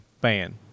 ban